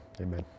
amen